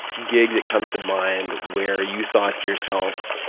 gig that comes to mind where you thought to yourself,